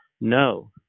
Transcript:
no